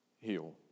heal